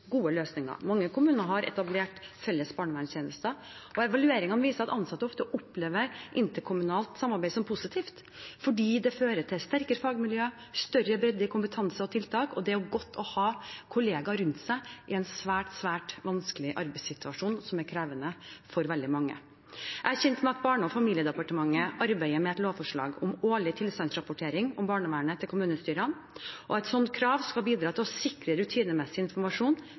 gode løsninger. Mange kommuner har etablert felles barnevernstjenester. Evalueringer viser at ansatte ofte opplever interkommunalt samarbeid som positivt, fordi det fører til sterkere fagmiljø og større bredde i kompetanse og tiltak. Det er godt å ha kollegaer rundt seg i en svært vanskelig arbeidssituasjon som er krevende for veldig mange. Jeg er kjent med at Barne- og familiedepartementet arbeider med et lovforslag om årlig tilstandsrapportering om barnevernet til kommunestyret. Et slikt krav skal bidra til å sikre rutinemessig informasjon